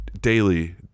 daily